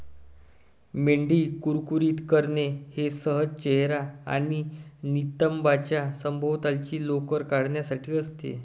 मेंढी कुरकुरीत करणे हे सहसा चेहरा आणि नितंबांच्या सभोवतालची लोकर काढण्यासाठी असते